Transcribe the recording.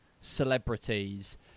celebrities